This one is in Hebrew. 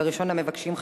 וראשון המבקשים,